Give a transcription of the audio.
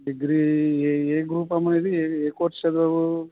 degree ఏ group అమ్మ నీది ఏ కోర్స్ చదివావు